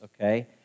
okay